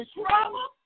trouble